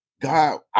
God